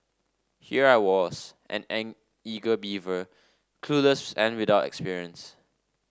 here I was an an eager beaver clueless and without experience